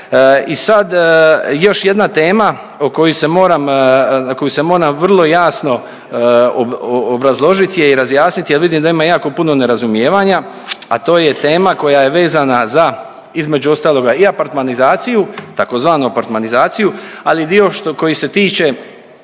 I sad još jedna tema o koju se moram, koju se moram vrlo jasno obrazložit je i razjasnit, jer vidim da ima jako puno nerazumijevanja, a to je tema koja je vezana za između ostaloga i apartmanizaciju, tzv. apartmanizaciju ali i dio koji se tiče